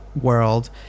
world